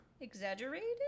Exaggerated